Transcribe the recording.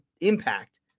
impact